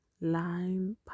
line